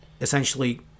essentially